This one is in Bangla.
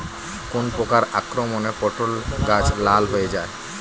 কোন প্রকার আক্রমণে পটল গাছ লাল হয়ে যায়?